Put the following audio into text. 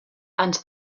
and